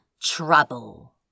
trouble